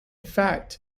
fact